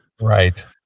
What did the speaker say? right